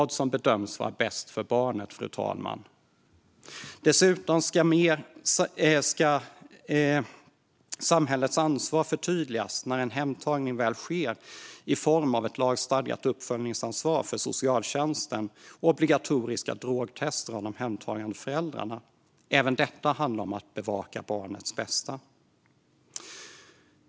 Dessutom ska samhällets ansvar förtydligas när en hemtagning väl sker i form av ett lagstadgat uppföljningsansvar för socialtjänsten och obligatoriska drogtester av de hemtagande föräldrarna. Även detta handlar om att bevaka barnets bästa.